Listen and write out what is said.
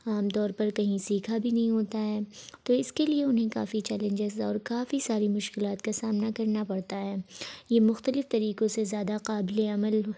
عام طور پر کہیں سیکھا بھی نہیں ہوتا ہے تو اس کے لیے انہیں کافی چیلنجز اور کافی ساری مشکلات کا سامنا کرنا پڑتا ہے یہ مختلف طریقوں سے زیادہ قابل عمل